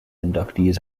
inductees